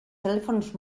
telèfons